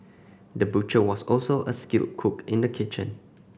the butcher was also a skilled cook in the kitchen